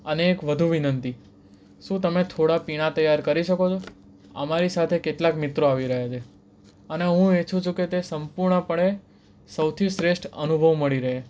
અને એક વધુ વિનંતી શું તમે થોડા પીણાં તૈયાર કરી શકો છો અમારી સાથે કેટલાક મિત્રો આવી રહ્યા છે અને હું ઈચ્છું છુ કે તે સંપૂર્ણ પણે સૌથી શ્રેષ્ઠ અનુભવ મળી રહે